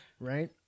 Right